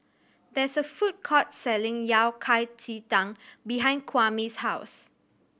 there is a food court selling Yao Cai ji tang behind Kwame's house